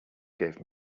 gave